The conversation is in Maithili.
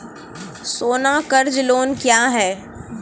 सोना कर्ज लोन क्या हैं?